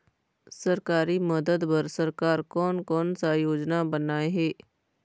सरकारी मदद बर सरकार कोन कौन सा योजना बनाए हे?